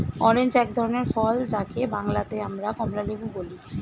orange এক ধরনের ফল যাকে বাংলাতে আমরা কমলালেবু বলি